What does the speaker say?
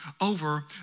over